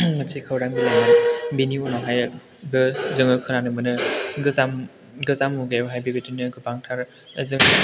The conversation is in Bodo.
मोनसे खौरां बिलाइमोन बेनि उनावहायबो जों खोनानो मोनो गोजाम मुगायावहाय बेबादिनो गोबांथार